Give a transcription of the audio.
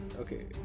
okay